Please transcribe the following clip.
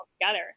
together